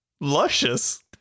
Luscious